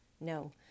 No